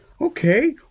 Okay